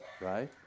right